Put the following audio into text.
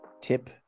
tip